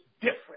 different